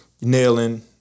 nailing